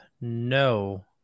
no